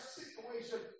situation